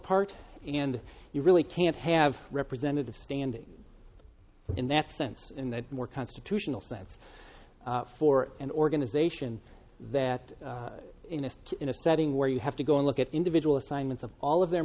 part and you really can't have represented the standing in that sense in the more constitutional sense for an organization that in a in a setting where you have to go and look at the individual assignments of all of their